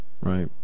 right